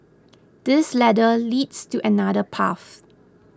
this ladder leads to another path